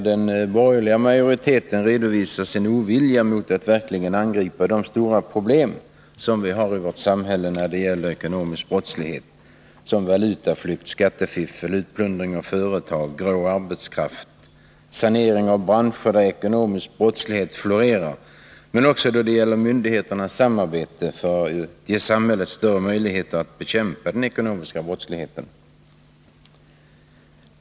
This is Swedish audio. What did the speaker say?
Den borgerliga majoriteten redovisar sin ovilja mot att verkligen angripa de stora problem vi har i vårt samhälle när det gäller ekonomisk brottslighet — valutaflykt, skattefiffel, utplundring av företag, grå arbetskraft, branscher där ekonomisk brottslighet florerar — men också när det gäller myndigheternas samarbete för att ge samhället större möjligheter att bekämpa den ekonomiska brottsligheten.